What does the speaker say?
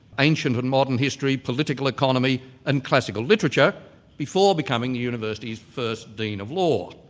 ancient and modern history, political economy and classical literature before becoming the university's first dean of law.